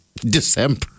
December